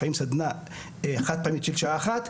לפעמים סדנא חד-פעמית של שעה אחת,